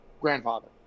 grandfather